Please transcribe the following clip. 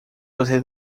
você